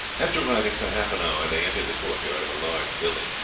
after riding for half an hour they entered the court-yard of a large building,